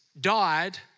died